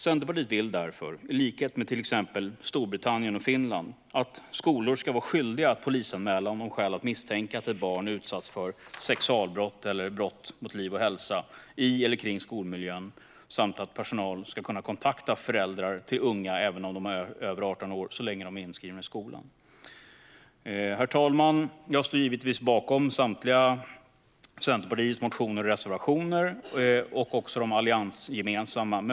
Centerpartiet vill därför, i likhet med till exempel Storbritannien och Finland, att skolor ska vara skyldiga att polisanmäla om de har skäl att misstänka att ett barn utsatts för sexualbrott eller brott mot liv och hälsa i eller kring skolmiljön samt att personal ska kunna kontakta föräldrar till unga även över 18 år så länge de är inskrivna i skolan. Herr talman! Jag står givetvis bakom samtliga Centerpartiets motioner och reservationer liksom de alliansgemensamma.